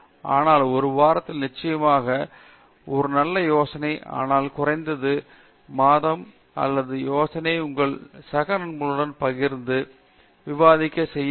ஆனால் ஒரு வாரத்தில் நிச்சயமாக ஒரு நல்ல யோசனை ஆனால் குறைந்தது ஒவ்வொரு மாதமும் ஒரு நல்ல யோசனை உங்கள் சக நண்பருடன் உட்கார்ந்து விவாதிக்க முயற்சி செய்ய வேண்டும்